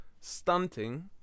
stunting